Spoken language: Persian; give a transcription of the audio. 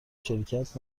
شرکت